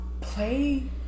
play